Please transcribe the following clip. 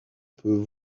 peut